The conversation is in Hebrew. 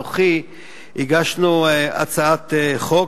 ואנוכי הגשנו הצעת חוק.